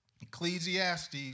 Ecclesiastes